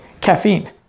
caffeine